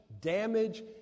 damage